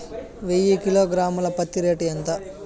వెయ్యి కిలోగ్రాము ల పత్తి రేటు ఎంత?